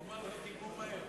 אומר לך, תגמור מהר.